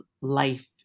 life